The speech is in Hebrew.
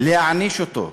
להעניש אותו.